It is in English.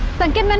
thank um and